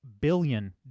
billion